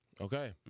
Okay